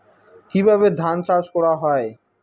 কিভাবে ধান চাষ করা হয়?